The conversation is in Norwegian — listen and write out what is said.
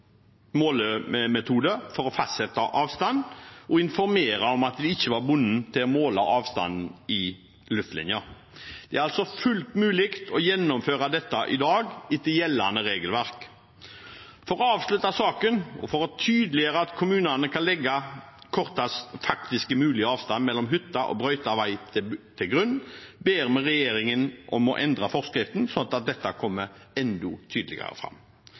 måle avstanden i luftlinje. Det er altså fullt mulig å gjennomføre dette i dag etter gjeldende regelverk. For å avslutte saken og for å tydeliggjøre at kommunene kan legge korteste faktisk mulige avstand mellom hytta og brøytet vei til grunn, ber vi regjeringen om å endre forskriften sånn at dette kommer enda tydeligere fram.